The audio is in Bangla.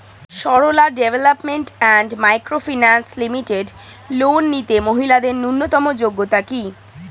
Sarala development and micro finance limited loan নিতে মহিলাদের ন্যূনতম যোগ্যতা কী?